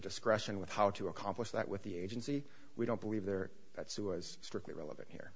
discretion with how to accomplish that with the agency we don't believe there that's who was strictly relevant here